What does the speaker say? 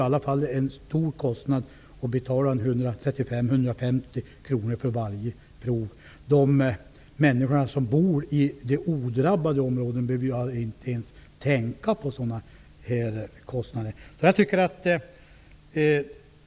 Det är en stor kostnad att betala 135--150 kr för varje prov. De människor som bor i de odrabbade områdena behöver ju inte ens tänka på sådana kostnader.